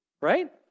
right